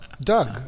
Doug